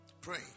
Pray